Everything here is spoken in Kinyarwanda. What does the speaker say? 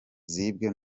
zibwe